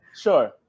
Sure